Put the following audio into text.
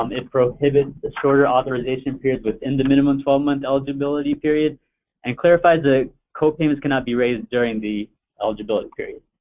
um it prohibits a shorter authorization period within the minimum twelve month eligibility period and clarifies that ah copayments cannot be raised during the eligibility period.